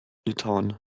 litauen